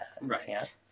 right